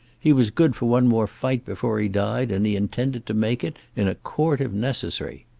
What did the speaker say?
he was good for one more fight before he died, and he intended to make it, in a court if necessary.